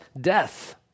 death